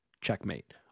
Checkmate